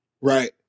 Right